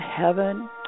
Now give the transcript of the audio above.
heaven